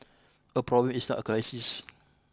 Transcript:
a problem is not a crisis